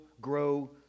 grow